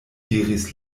diris